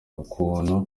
ukuntu